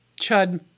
Chud